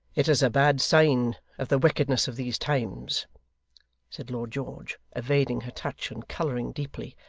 it is a bad sign of the wickedness of these times said lord george, evading her touch, and colouring deeply,